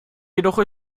jedoch